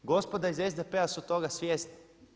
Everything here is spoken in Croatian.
Gospoda iz SDP-a su toga svjesni.